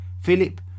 Philip